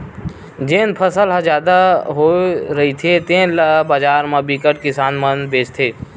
जेन फसल ह जादा होए रहिथे तेन ल बजार म बिकट किसान मन बेचथे